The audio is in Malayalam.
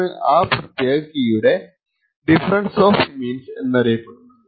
ഇതാണ് ആ പ്രത്യേക കീയുടെ ഡിഫറെൻസ് ഓഫ് മീൻസ് എന്നറിയപ്പെടുന്നത്